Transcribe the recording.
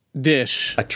dish